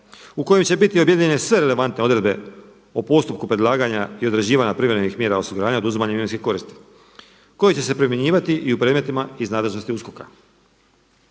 u kojem će biti objedinjene sve relevantne odredbe o postupku predlaganja i određivanja privremenim mjera osiguranja oduzimanjem imovinske koristi koji će se primjenjivati i u predmetima iz nadležnosti USKOK-a.